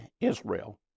Israel